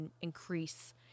increase